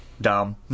dumb